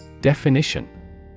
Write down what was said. Definition